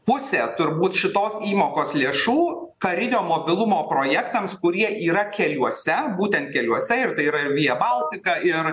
pusė turbūt šitos įmokos lėšų karinio mobilumo projektams kurie yra keliuose būtent keliuose ir tai yra ir vija baltika ir